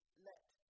Let